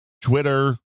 Twitter